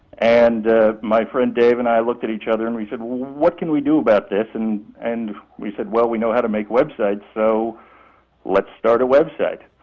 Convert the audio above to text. and my friend dave and i looked at each other and we said what can we do about this, and and we said well, we know how to make websites, so let's start a website.